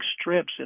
strips